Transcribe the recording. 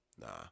Nah